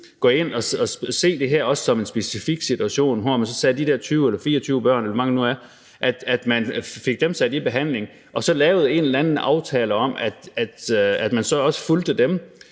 gå ind og se det her som en specifik situation, hvor man så sagde, at man fik sat de der 20 eller 24 børn, eller hvor mange det nu er, i behandling, og så lavede en eller anden aftale om, at man så også fulgte dem